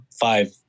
five